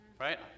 Right